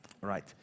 Right